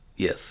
Yes